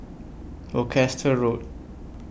Worcester Road